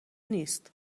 نیست